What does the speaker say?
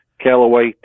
Callaway